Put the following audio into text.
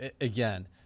again